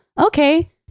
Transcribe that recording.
okay